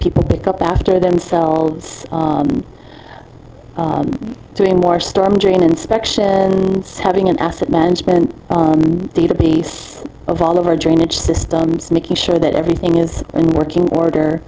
people pick up after themselves three more storm drain inspection having an asset management database of all of our drainage systems making sure that everything is in working order